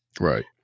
Right